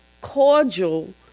cordial